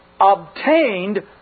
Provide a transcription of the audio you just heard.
obtained